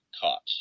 caught